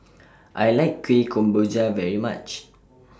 I like Kueh Kemboja very much